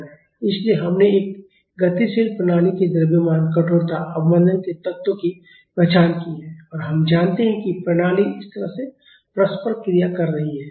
इसलिए हमने एक गतिशील प्रणाली के द्रव्यमान कठोरता और अवमंदन के तत्वों की पहचान की है और हम जानते हैं कि प्रणाली इस तरह से परस्पर क्रिया कर रही है